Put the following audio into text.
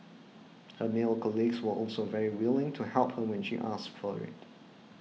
her male colleagues were also very willing to help her when she asks for it